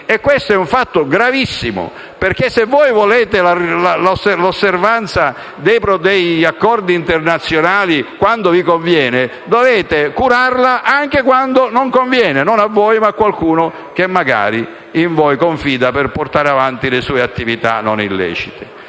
e ciò è un fatto gravissimo. Se volete garantire l'osservanza degli accordi internazionali quando vi conviene, dovete curarla anche quando non conviene, non a voi, ma a qualcuno che in voi confida per portare avanti le proprie attività non lecite.